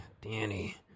Danny